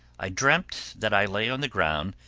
i dreamt that i lay on the ground,